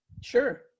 Sure